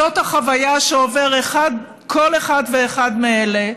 זאת החוויה שעובר כל אחד ואחד מאלה,